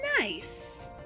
Nice